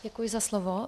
Děkuji za slovo.